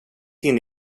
inne